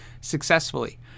successfully